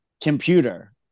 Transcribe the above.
computer